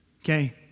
Okay